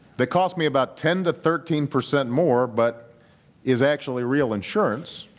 that costs me about ten to thirteen percent more but is actually real insurance,